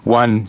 one